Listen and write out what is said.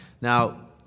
Now